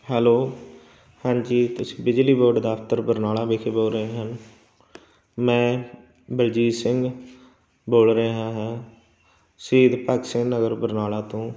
hello ਹਾਂਜੀ ਤੁਸੀਂ ਬਿਜਲੀ ਬੋਰਡ ਦਫਤਰ ਬਰਨਾਲਾ ਵਿਖੇ ਬੋਲ ਰਹੇ ਹਨ ਮੈਂ ਬਲਜੀਤ ਸਿੰਘ ਬੋਲ ਰਿਹਾ ਹਾਂ ਸ਼ਹੀਦ ਭਗਤ ਸਿੰਘ ਨਗਰ ਬਰਨਾਲਾ ਤੋਂ